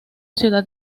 ciudad